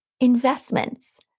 investments